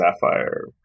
sapphire